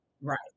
Right